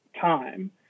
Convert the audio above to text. time